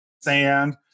sand